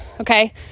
Okay